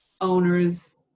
owners